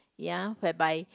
ya whereby